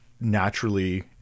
naturally